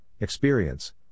experience